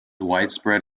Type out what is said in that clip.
widespread